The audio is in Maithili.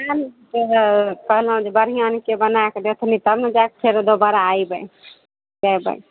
कहलहुॅं जे बढ़िआँ नीके बनाएके देथिन तब ने जाए कऽ फेर दोबारा अयबै जेबै